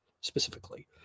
specifically